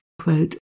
quote